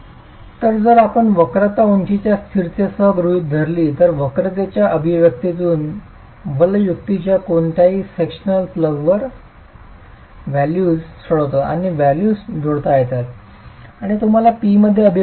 तर जर आपण वक्रता उंचीच्या स्थिरतेसह गृहीत धरली तर वक्रतेच्या अभिव्यक्तीतून वलयुक्तीच्या कोणत्याही सेक्शन प्लगवर व्हॅल्यूज सोडवतात आणि व्हॅल्यूज जोडता येतात आणि तुम्हाला P मध्ये अभिव्यक्ती मिळते